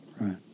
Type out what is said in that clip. right